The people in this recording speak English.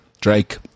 Drake